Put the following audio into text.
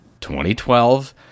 2012